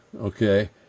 okay